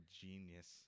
genius